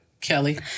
Kelly